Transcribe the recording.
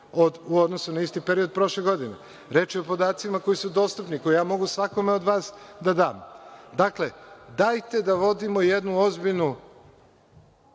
u odnosu na isti period prošle godine. Reč je o podacima koji su dostupni, koje ja mogu svakome od vas da dam. Dakle, dajte da vodimo jednu ozbiljnu